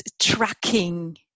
tracking